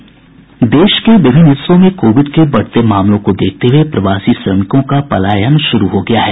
देश के विभिन्न हिस्सों में कोविड के बढ़ते मामलों को देखते हये प्रवासी श्रमिकों का पलायन शुरू हो गया है